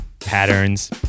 patterns